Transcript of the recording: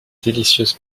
délicieuses